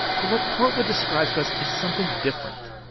but what portwood describes to us is something different.